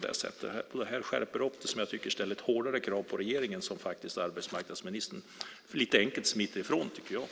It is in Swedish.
Det här ställer hårdare krav på regeringen, och jag tycker att arbetsmarknadsministern lite enkelt smiter ifrån det.